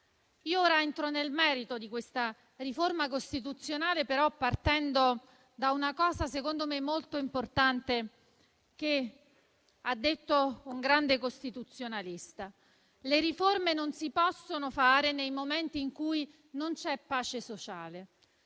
Entro ora nel merito di questa riforma costituzionale, partendo però da una cosa secondo me molto importante che ha detto un grande costituzionalista: le riforme non si possono fare nei momenti in cui non c'è pace sociale.